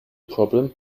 problem